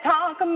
Talk